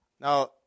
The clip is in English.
Now